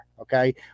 okay